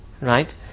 right